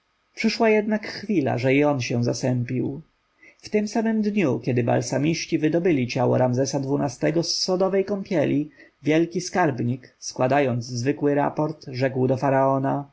przyszła jednak chwila że i on się zasępił w tym samym dniu kiedy balsamiści wydobyli ciało ramzesa xii-go z sodowej kąpieli wielki skarbnik składając zwykły raport rzekł do faraona